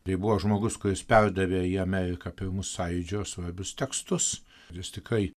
tai buvo žmogus kuris perdavė į ameriką pirmus sąjūdžio svarbius tekstus ir jis tikrai